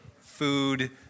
food